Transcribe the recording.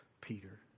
Peter